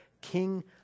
king